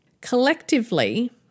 Collectively